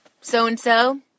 so-and-so